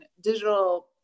digital